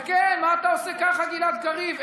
וכן, מה אתה עושה ככה, גלעד קריב?